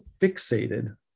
fixated